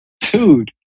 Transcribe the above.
Dude